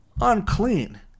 unclean